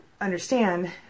understand